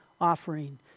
offering